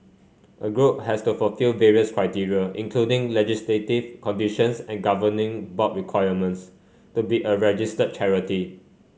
a group has to fulfil various criteria including legislative conditions and governing board requirements to be a registered charity